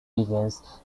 begins